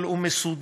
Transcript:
אבל הוא מסודר,